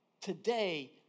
Today